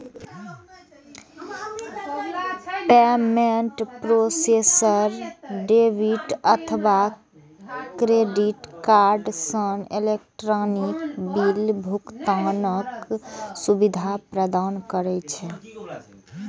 payment processor debit अथवा credit card सं electronic bill भुगतानक सुविधा प्रदान करै छै